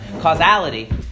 causality